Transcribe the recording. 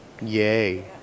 Yay